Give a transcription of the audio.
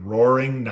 Roaring